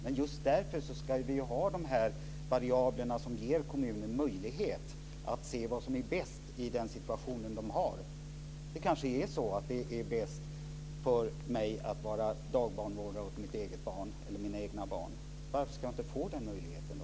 Men just därför ska vi ha de här variablerna som ger kommunen möjlighet att se vad som är bäst i den situation de har. Det kanske är så att det är bäst för mig att vara dagbarnvårdare åt mina egna barn. Varför ska jag inte få den möjligheten då?